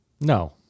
No